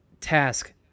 task